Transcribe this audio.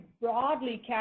broadly